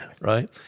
right